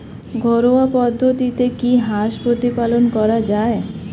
ঘরোয়া পদ্ধতিতে কি হাঁস প্রতিপালন করা যায়?